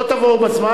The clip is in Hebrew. לא תבואו בזמן,